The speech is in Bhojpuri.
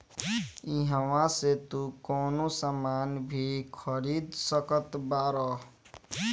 इहवा से तू कवनो सामान भी खरीद सकत बारअ